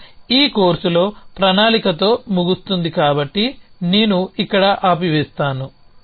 మరియు ఈ కోర్సులో ప్రణాళికతో ముగుస్తుంది కాబట్టి నేను ఇక్కడ ఆపివేస్తాను